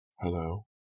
Hello